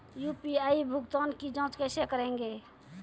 UPI भुगतान की जाँच कैसे करेंगे?